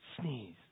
Sneeze